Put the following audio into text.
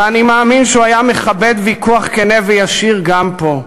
ואני מאמין שהוא היה מכבד ויכוח כן וישיר גם פה,